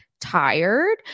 tired